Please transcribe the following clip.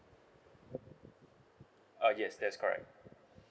uh yes that's correct